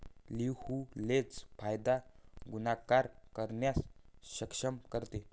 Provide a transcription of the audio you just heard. leverage फायदा गुणाकार करण्यास सक्षम करते